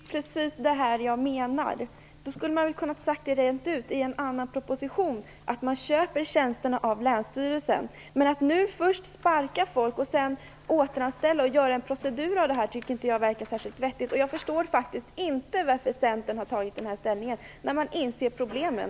Fru talman! Det är precis det här jag menar. Då skulle regeringen väl ha kunnat sagt det rent ut i en annan proposition att Vägverket köper tjänsterna av länsstyrelserna. Men nu sparkar man människor, återanställer dem och gör en procedur av det här. Det tycker inte jag verkar särskilt vettigt. Jag förstår faktiskt inte varför Centern har tagit ställning för detta när man inser problemen.